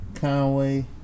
Conway